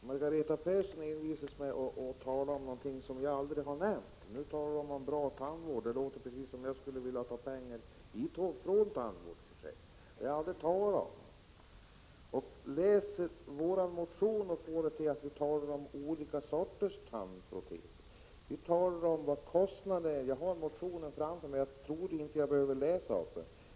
Herr talman! Margareta Persson envisas med att tala om något som jag aldrig har nämnt. Nu talar hon om bra tandvård. Hon får det att låta som om jag skulle vilja ta pengar från tandvårdsförsäkringen. Jag har aldrig sagt det. När hon har läst vår motion har hon fått det till att vi talar om olika sorters tandproteser. Vad vi talar om är kostnaderna. Jag har motionen framför mig, men jag tror inte jag behöver läsa ur den.